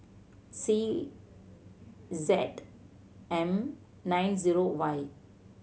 C Z M nine zero Y